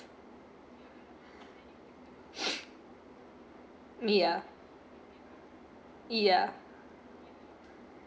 yeah yeah